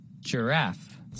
giraffe